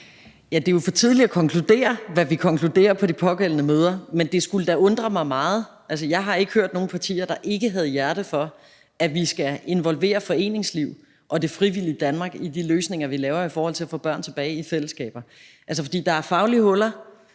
Det er jo for tidligt at konkludere, hvad vi konkluderer på det pågældende møde. Jeg har ikke hørt om nogen partier, hvis hjerte ikke bankede for, at vi skal involvere foreningslivet og det frivillige Danmark i de løsninger, vi laver, i forhold til at få børn tilbage i fællesskaber. For der er faglige huller,